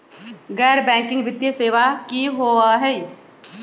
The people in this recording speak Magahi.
गैर बैकिंग वित्तीय सेवा की होअ हई?